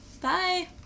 Bye